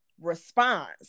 response